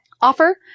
Offer